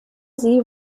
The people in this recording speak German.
sie